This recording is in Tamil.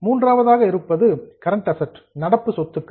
மூன்றாவதாக இருப்பது கரண்ட் அசட்ஸ் நடப்பு சொத்துக்கள்